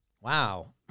Wow